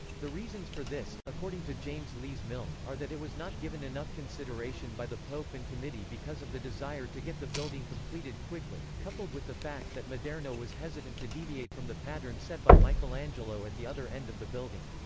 the reasons for this, according to james lees-milne, are that it was not given enough consideration by the pope and committee because of the desire to get the building completed quickly, coupled with the fact that maderno was hesitant to deviate from the pattern set by michelangelo at the other end of the building.